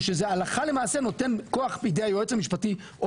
אני חושב שזה הלכה למעשה נותן כוח בידי היועץ המשפטי או